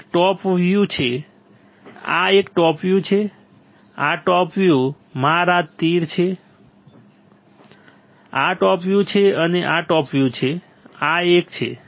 આ એક top view છે આ એક ટોપ વ્યૂ છે આ ટોપ વ્યુ મારા તીર છે આ ટોપ વ્યુ છે અને આ ટોપ વ્યુ આ એક છે